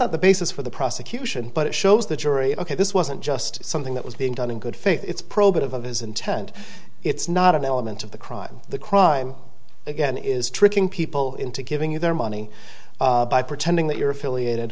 not the basis for the prosecution but it shows the jury ok this wasn't just something that was being done in good faith it's probative of his intent it's not an element of the crime the crime again is tricking people into giving you their money by pretending that you're affiliated